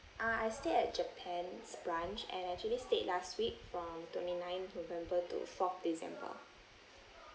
ah I stay at japan's branch and I actually stayed last week from twenty-ninth november to fourth december